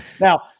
Now